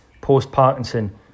post-Parkinson